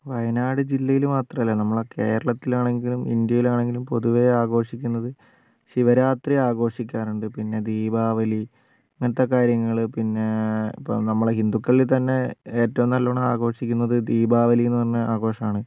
വയനാട് ജില്ലയിൽ മാത്രമല്ല നമ്മുടെ കേരളത്തിലാണെങ്കിലും ഇന്ത്യയിലാണെങ്കിലും പൊതുവെ ആഘോഷിക്കുന്നത് ശിവരാത്രി ആഘോഷിക്കാറുണ്ട് പിന്നെ ദീപാവലി ഇങ്ങനത്തെ കാര്യങ്ങള് പിന്നേ ഇപ്പം നമ്മളെ ഹിന്ദുക്കളിൽ തന്നെ ഏറ്റവും നല്ലോണം ആഘോഷിക്കുന്നത് ദീപാവലീന്നു പറഞ്ഞ ആഘോഷാണ്